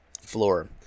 floor